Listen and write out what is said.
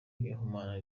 ihumana